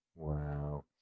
Wow